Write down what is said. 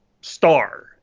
star